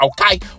okay